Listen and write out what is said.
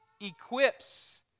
equips